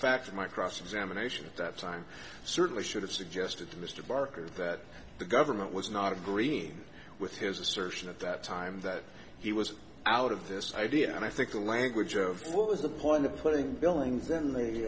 fact that my cross examination at that time certainly should have suggested to mr barker that the government was not agreeing with his assertion at that time that he was out of this idea and i think the language of what was the point of putting billings then the